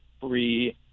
free